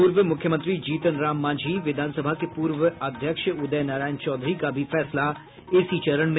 पूर्व मुख्यमंत्री जीतन राम मांझी विधानसभा के पूर्व अध्यक्ष उदय नारायण चौधरी का भी फैसला इसी चरण में